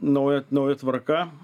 nauja nauja tvarka